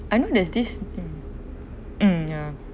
I know there's this mm ya